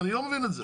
אני לא מבין את זה.